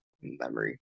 memory